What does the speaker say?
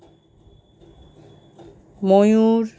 ময়ূর